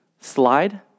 slide